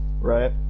right